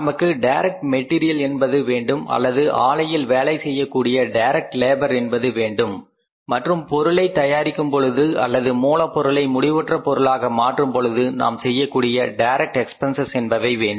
நமக்கு direct material என்பது வேண்டும் அல்லது ஆலையில் வேலை செய்யக்கூடிய டைரக்ட் லேபர் என்பது வேண்டும் மற்றும் பொருளை தயாரிக்கும் பொழுது அல்லது மூலப் பொருளை முடிவுற்ற பொருளாக மாற்றும் பொழுது நாம் செய்யக்கூடிய டைரக்ட் எக்பென்சஸ் என்பவை வேண்டும்